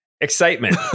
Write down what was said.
excitement